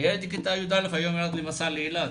הילד בכיתה י"א יצא היום למסע לאילת.